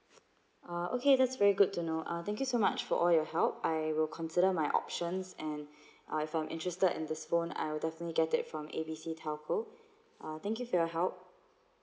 uh okay that's very good to know uh thank you so much for your help I will consider my options and uh if I am interested in this phone I will definitely get it from A B C telco uh thank you for your help